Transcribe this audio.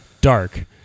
Dark